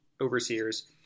overseers